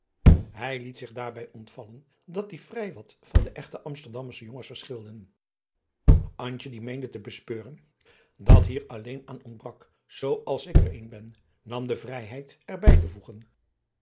hij liet zich daarbij ontvallen dat die vrij wat van de echte amsterdamsche jongens verschilden antje die meende te bespeuren dat hier alleen aan ontbrak zoo als ik er een ben nam de vrijheid er bij te voegen